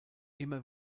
immer